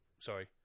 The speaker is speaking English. Sorry